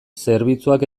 zerbitzuak